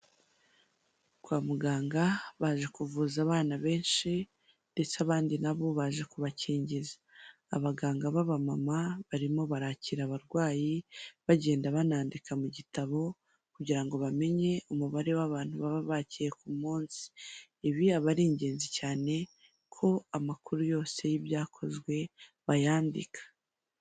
Kwa muganga baje kuvuza abana benshi ndetse abandi nabo baje kubakingiza, abaganga b'abamama barimo barakira abarwayi bagenda banandika mu gitabo kugira ngo bamenye umubare w'abantu baba bakiye ku munsi, ibi aba ari ingenzi cyane ko amakuru yose y'ibyakozwe bayandika.